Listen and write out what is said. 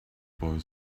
boy